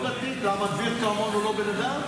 דביר כרמון הוא לא בן אדם?